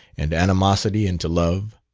and animosity into love.